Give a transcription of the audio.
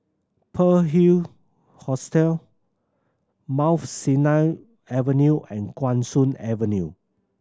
Pearl Hill Hostel Mount Sinai Avenue and Guan Soon Avenue